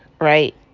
right